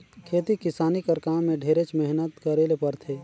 खेती किसानी कर काम में ढेरेच मेहनत करे ले परथे